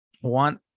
one